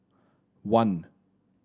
one